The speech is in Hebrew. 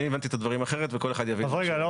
אני הבנתי את הדברים אחרת, וכל אחד יבין מה